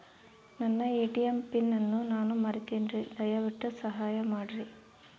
ನನ್ನ ATM pin ಅನ್ನು ನಾನು ಮರಿತಿನ್ರಿ, ದಯವಿಟ್ಟು ಸಹಾಯ ಮಾಡ್ರಿ